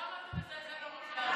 למה אתה מזלזל במשה ארבל?